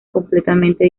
completamente